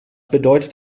bedeutet